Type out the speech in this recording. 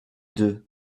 deux